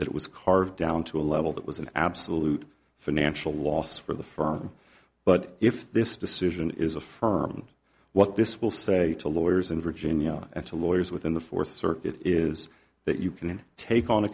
that it was carved down to a level that was an absolute financial loss for the firm but if this decision is affirmed what this will say to lawyers in virginia and to lawyers within the fourth circuit is that you can take on a